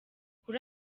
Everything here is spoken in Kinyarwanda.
kuri